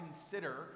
consider